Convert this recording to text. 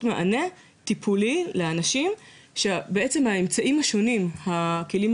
מענה לאנשים שהאמצעים השונים והכלים